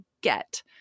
get